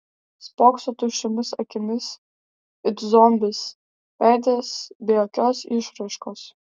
spokso tuščiomis akimis it zombis veidas be jokios išraiškos